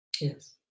Yes